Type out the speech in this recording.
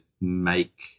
make